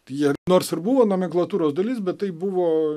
jie nors ir buvo nomenklatūros dalis bet tai buvo